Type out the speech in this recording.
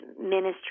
ministry